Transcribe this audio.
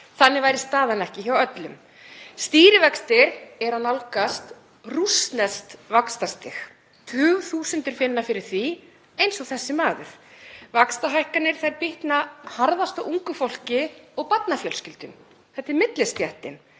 Þannig væri ekki staðan hjá öllum. Stýrivextir eru að nálgast rússneskt vaxtastig. Tugþúsundir finna fyrir því eins og þessi maður. Vaxtahækkanir bitna harðast á ungu fólki og barnafjölskyldum. Þetta er millistéttin.